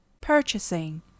purchasing